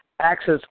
access